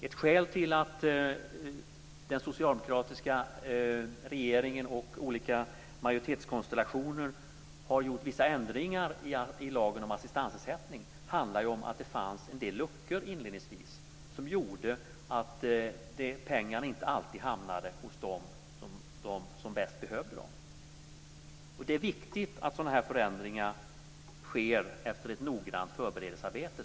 Ett skäl till att den socialdemokratiska regeringen och olika majoritetskonstellationer har gjort vissa ändringar i lagen om assistansersättning är ju att det fanns vissa luckor inledningsvis som gjorde att pengarna inte alltid hamnade hos dem som bäst behövde dem. Det är viktigt att sådana här förändringar sker efter ett noggrant förberedelsearbete.